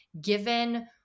given